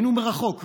היינו רחוק,